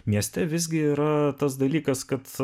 mieste visgi yra tas dalykas kad